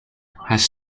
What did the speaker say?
has